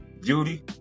beauty